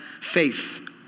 faith